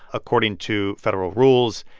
according to federal rules,